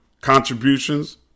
contributions